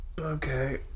okay